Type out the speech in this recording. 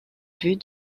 vue